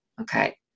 Okay